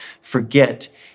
forget